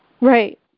Right